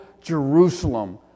Jerusalem